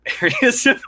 areas